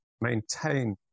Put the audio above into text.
maintain